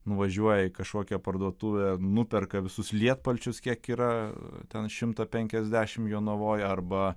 nuvažiuoja į kažkokią parduotuvę nuperka visus lietpalčius kiek yra ten šimtą penkiasdešimt jonavoj arba